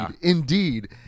Indeed